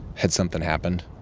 had something happened?